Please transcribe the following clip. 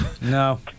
No